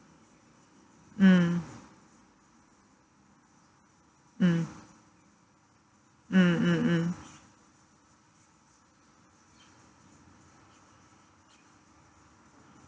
mm mm mm mm mm